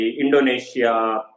Indonesia